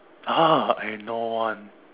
ah I know one